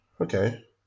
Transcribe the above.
okay